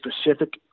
specific